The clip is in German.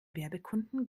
werbekunden